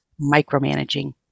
micromanaging